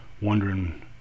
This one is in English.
wondering